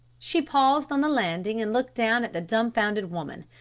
she paused on the landing and looked down at the dumbfounded woman.